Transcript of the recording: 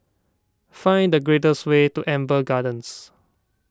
find the fastest way to Amber Gardens